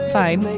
fine